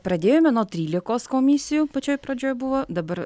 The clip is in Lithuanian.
pradėjome nuo trylikos komisijų pačioj pradžioj buvo dabar